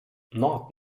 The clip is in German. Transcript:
nord